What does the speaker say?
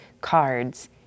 cards